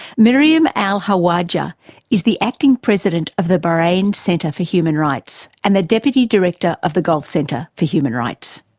maryam al-khawaja is the acting president of the bahrain center for human rights and the deputy director of the gulf center for human rights.